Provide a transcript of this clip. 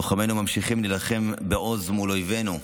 לוחמינו ממשיכים להילחם בעוז מול אויבינו,